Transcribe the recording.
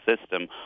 system